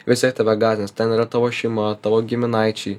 visaip tave gąsdins ten yra tavo šeima tavo giminaičiai